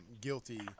guilty